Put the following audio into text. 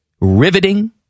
riveting